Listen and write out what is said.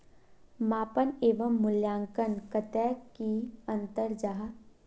मापन एवं मूल्यांकन कतेक की अंतर जाहा?